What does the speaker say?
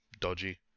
dodgy